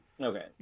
Okay